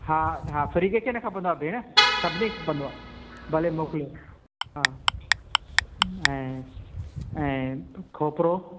हा हा फ्री कंहिंखे न खपंदो आहे भेण सभिनि खे खपंदो आहे भले मोकिलियो हा ऐं ऐं खोपरो